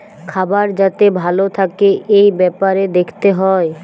খাবার যাতে ভালো থাকে এই বেপারে দেখতে হয়